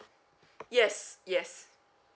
yes yes